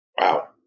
Wow